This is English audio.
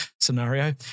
scenario